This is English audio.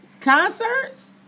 Concerts